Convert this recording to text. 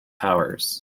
powers